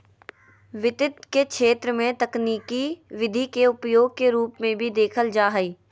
वित्त के क्षेत्र में तकनीकी विधि के उपयोग के रूप में भी देखल जा हइ